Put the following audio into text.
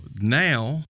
now